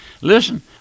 listen